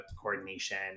coordination